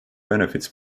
benefits